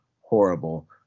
horrible